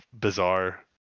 bizarre